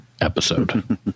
episode